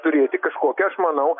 turėti kažkokią aš manau